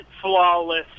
flawless